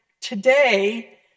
today